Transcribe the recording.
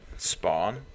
Spawn